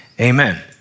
amen